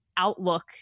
Outlook